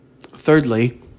Thirdly